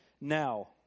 Now